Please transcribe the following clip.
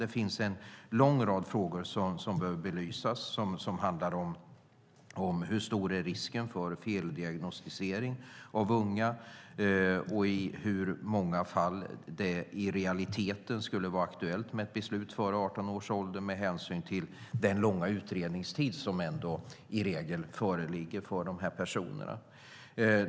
Det är mycket som behöver belysas, som: Hur stor är risken för feldiagnostisering? I hur många fall skulle det i realiteten vara aktuellt med ett beslut före 18 års ålder med tanke på den långa utredningstiden?